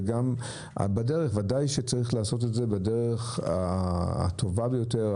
וגם ודאי שצריך לעשות את זה בדרך הטובה ביותר,